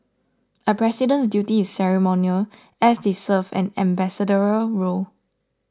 a president's duty is ceremonial as they serve an ambassadorial role